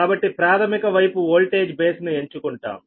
కాబట్టి ప్రాథమిక వైపు వోల్టేజ్ బేస్ ను ఎంచుకుంటాం